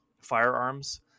firearms